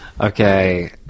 Okay